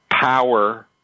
power